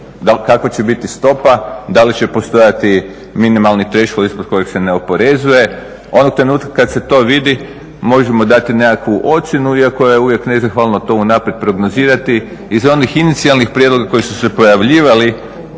kakva će biti stopa, da li će postojati minimalni troškovi ispod kojih se ne oporezuje. Onog trenutka kad se to vidimo možemo dati nekakvu ocjenu iako je uvijek nezahvalno to unaprijed prognozirati. Iz onih inicijalnih prijedloga koji su se pojavljivali,